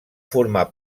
formar